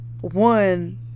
One